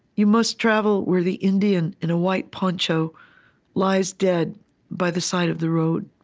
you must travel where the indian in a white poncho lies dead by the side of the road.